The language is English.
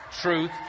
Truth